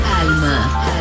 Alma